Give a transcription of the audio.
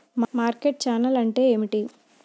Market channel అంటే ఏమిటి?